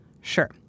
Sure